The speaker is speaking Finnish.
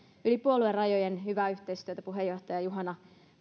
yli puoluerajojen hyvää yhteistyötä puheenjohtaja juhana